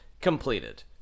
completed